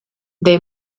they